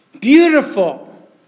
beautiful